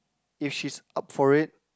if she's up for it